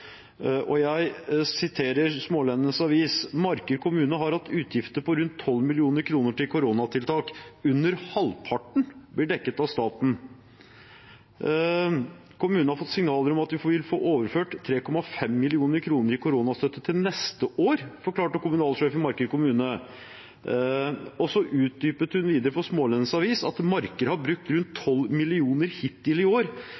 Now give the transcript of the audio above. Marker kommune har hatt utgifter på rundt 12 mill. kr til koronatiltak, og at under halvparten blir dekket av staten. Kommunen har fått signaler om at de vil få overført 3,5 mill. kr i koronastøtte neste år, forklarte kommunalsjefen i Marker kommune, og hun utdypet videre for Smaalenenes Avis at Marker har brukt rundt 12 mill. kr hittil i år,